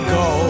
go